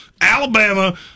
Alabama